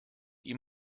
ihm